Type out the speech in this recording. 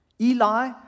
Eli